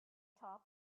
top